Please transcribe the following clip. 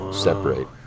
separate